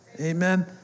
Amen